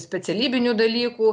specialybinių dalykų